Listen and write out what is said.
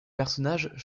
personnages